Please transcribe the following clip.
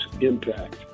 impact